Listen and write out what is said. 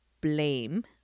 blame